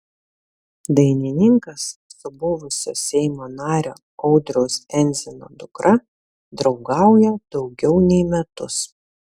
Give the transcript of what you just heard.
dainininkas su buvusio seimo nario audriaus endzino dukra draugauja daugiau nei metus